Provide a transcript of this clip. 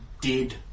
dead